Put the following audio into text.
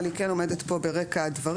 אבל היא כן עומדת פה ברקע הדברים,